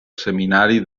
seminari